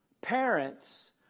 parents